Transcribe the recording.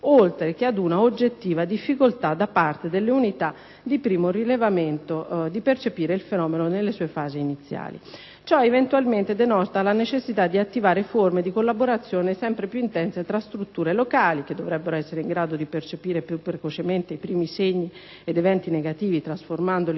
oltre che ad una oggettiva difficoltà da parte delle unità di primo rilevamento di percepire il fenomeno nelle sue fasi iniziali. Ciò, eventualmente, denota la necessità di attivare forme di collaborazione sempre più intense tra strutture locali (che dovrebbero essere in grado di percepire più precocemente i primi segni ed eventi negativi trasformandoli